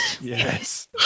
Yes